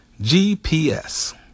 GPS